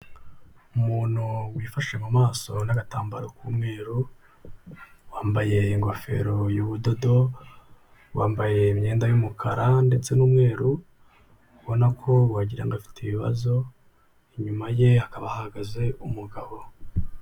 Umuntu wifashe mu maso n'agatambaro k'umweru, wambaye ingofero y'ubudodo, wambaye imyenda y'umukara ndetse n'umweru, ubona ko wagira ngo afite ibibazo, inyuma ye hakaba hahagaze umugabo.